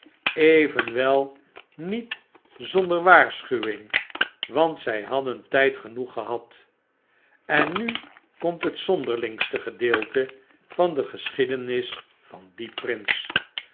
evenwel niet zonder waarschuwing want zy hadden tyd genoeg gehad en nu komt het zonderlingste gedeelte van de geschiedenis van dien prins